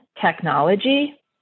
technology